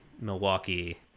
Milwaukee